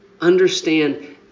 Understand